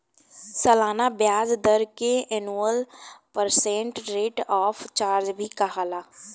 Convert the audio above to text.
सलाना ब्याज दर के annual percent rate of charge भी कहाला